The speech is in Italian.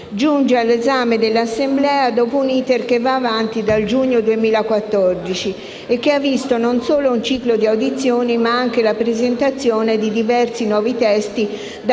giunge all'esame dell'Assemblea dopo un *iter* che va avanti dal giugno 2014 e che ha visto non solo un ciclo di audizioni, ma anche la presentazione di diversi nuovi testi da parte